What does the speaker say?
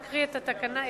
אקריא את ההצעה,